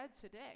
today